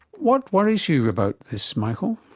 what worries you about this, michael?